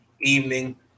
evening